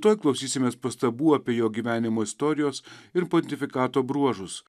tuoj klausysimės pastabų apie jo gyvenimo istorijos ir pontifikato bruožus